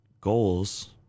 goals